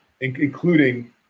including –